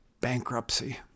bankruptcy